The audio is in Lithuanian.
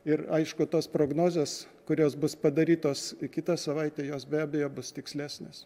ir aišku tos prognozės kurios bus padarytos kitą savaitę jos be abejo bus tikslesnės